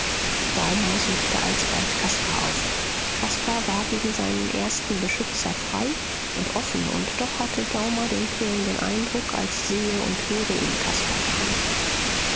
daumer suchte alsbald caspar auf caspar war gegen seinen ersten beschützer frei und offen und doch hatte daumer den quälenden eindruck als sehe und höre ihn caspar gar nicht